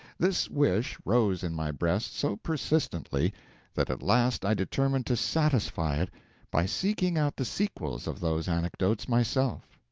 this wish rose in my breast so persistently that at last i determined to satisfy it by seeking out the sequels of those anecdotes myself.